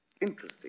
Interesting